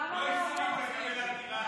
גם המעונות.